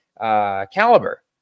caliber